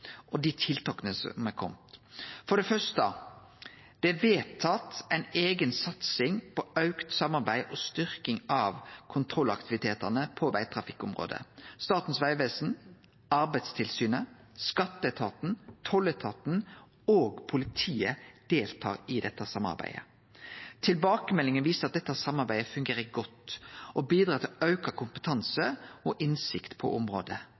og dei tiltaka som har kome: For det første: Det er vedtatt ei eiga satsing på auka samarbeid og styrking av kontrollaktivitetane på vegtrafikkområdet. Statens vegvesen, Arbeidstilsynet, skatteetaten, tolletaten og politiet deltar i dette samarbeidet. Tilbakemeldingane viser at dette samarbeidet fungerer godt og bidrar til auka kompetanse og innsikt på